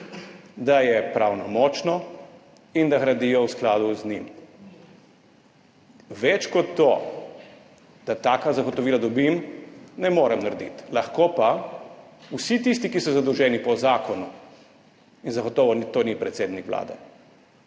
da je pravnomočno in da gradijo v skladu z njim. Več kot to, da taka zagotovila dobim, ne morem narediti. Lahko pa vsi tisti, ki so zadolženi po zakonu, in zagotovo to ni predsednik Vlade,